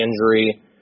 injury